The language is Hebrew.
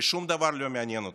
ושום דבר לא מעניין אותם.